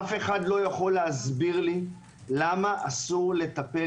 אף אחד לא יכול להסביר לי למה אסור לטפל